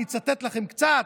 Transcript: אני אצטט לכם קצת,